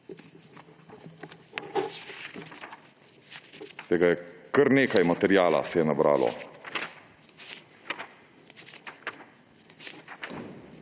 naprej. Kar nekaj materiala se je nabralo.